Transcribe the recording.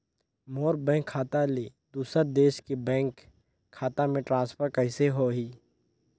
मोर bank खाता ले दुसर देश के बैंक खाता मे ट्रांसफर कइसे होही?